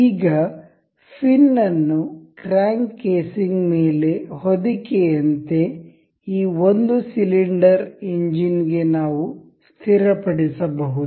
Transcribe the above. ಈಗ ಫಿನ್ ಅನ್ನು crank casing ಮೇಲೆ ಹೊದಿಕೆಯಂತೆ ಈ ಒಂದು ಸಿಲಿಂಡರ್ ಎಂಜಿನ್ ಗೆ ನಾವು ಸ್ಥಿರಪಡಿಸಬಹುದು